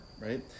right